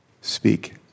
Speak